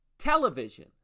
television